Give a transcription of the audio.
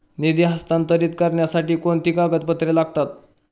निधी हस्तांतरित करण्यासाठी कोणती कागदपत्रे लागतात?